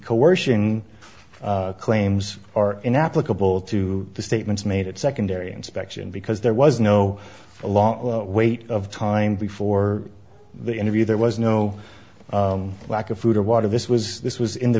coercion claims are inapplicable to the statements made at secondary inspection because there was no a long wait of time before the interview there was no lack of food or water this was this was in the